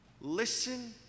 listen